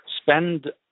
spend